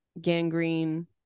gangrene